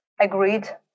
agreed